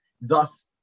thus